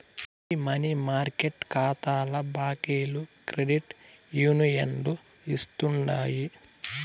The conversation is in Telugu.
ఈ మనీ మార్కెట్ కాతాల బాకీలు క్రెడిట్ యూనియన్లు ఇస్తుండాయి